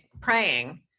praying